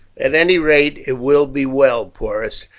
at any rate it will be well, porus,